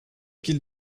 qu’il